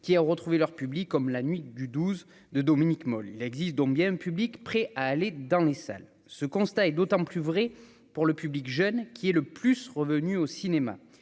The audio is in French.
qui ont retrouvé leur public comme la nuit du 12 de Dominik Moll, il existe donc bien public prêt à aller dans les salles, ce constat est d'autant plus vrai pour le public jeune qui est le plus revenue au cinéma,